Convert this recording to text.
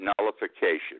nullification